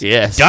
Yes